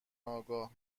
آگاه